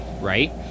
right